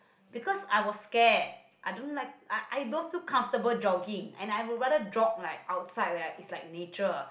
because I was scared I don't like I I don't feel comfortable jogging and I would rather jog like outside where it's like nature